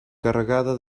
carregada